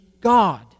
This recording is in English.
God